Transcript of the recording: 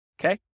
okay